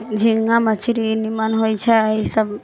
झीङ्गा मछली नीमन होइ छै सब